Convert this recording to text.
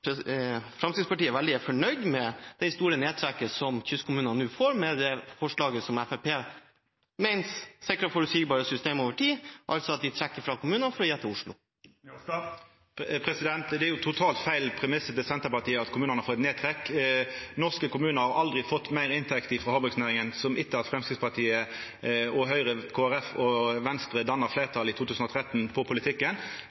Fremskrittspartiet er veldig fornøyd med det store nedtrekket som kystkommunene nå får med det forslaget som Fremskrittspartiet mener sikrer forutsigbare systemer over tid – altså at de trekker fra kommunene for å gi til Oslo? Premissen til Senterpartiet om at kommunane får eit nedtrekk, er jo totalt feil. Norske kommunar har aldri fått meir inntekt frå havbruksnæringa enn etter at Framstegspartiet, Høgre, Kristeleg Folkeparti og Venstre danna